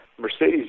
Mercedes